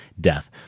Death